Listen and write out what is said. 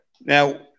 Now